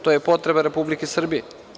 To je potreba Republike Srbije.